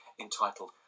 entitled